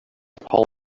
palm